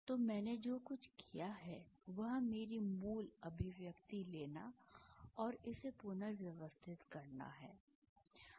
तो मैंने जो कुछ किया है वह मेरी मूल अभिव्यक्ति लेना और इसे पुनर्व्यवस्थित करना है